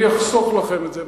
אני אחסוך לכם את זה.